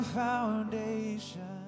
foundation